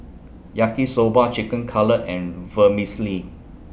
Yaki Soba Chicken Cutlet and Vermicelli